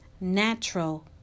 natural